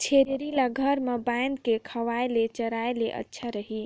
छेरी ल घर म बांध के खवाय ले चराय ले अच्छा रही?